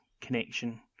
connection